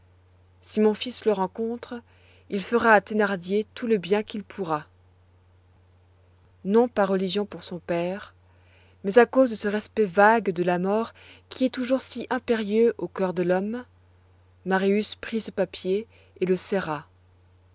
si mon fils le rencontre il fera à thénardier tout le bien qu'il pourra non par religion pour son père mais à cause de ce respect vague de la mort qui est toujours si impérieux au coeur de l'homme marius prit ce papier et le serra